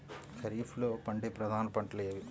ఖరీఫ్లో పండే ప్రధాన పంటలు ఏవి?